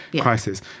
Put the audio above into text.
Crisis